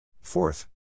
Fourth